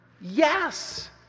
Yes